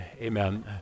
amen